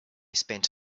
spent